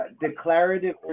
Declarative